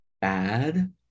bad